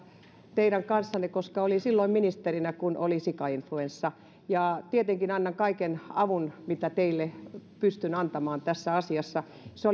teidän kanssanne koska olin silloin ministerinä kun oli sikainfluenssa ja tietenkin annan kaiken avun mitä teille pystyn antamaan tässä asiassa se